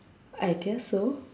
I guess so